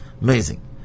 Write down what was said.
Amazing